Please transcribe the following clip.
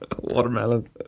Watermelon